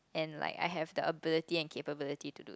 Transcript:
and like I have the ability and capability to do